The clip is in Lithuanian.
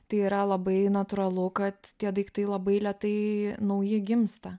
tai yra labai natūralu kad tie daiktai labai lėtai nauji gimsta